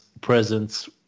presence